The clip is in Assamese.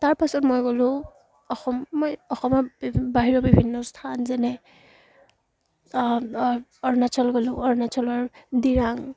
তাৰপাছত মই গ'লোঁ অসম মই অসমৰ বাহিৰৰ বিভিন্ন স্থান যেনে অৰুণাচল গ'লোঁ অৰুণাচলৰ ডিৰাং